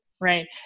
right